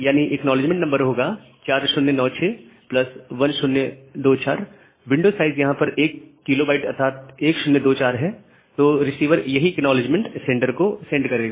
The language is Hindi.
यानी एक्नॉलेजमेंट नंबर होगा 40961024 विंडो साइज यहां पर 1 KB अर्थात 1024 है तो रिसीवर यही एक्नॉलेजमेंट सेंडर को सेंड करेगा